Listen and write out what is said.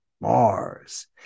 Mars